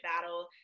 battle